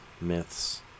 myths